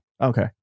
Okay